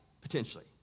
potentially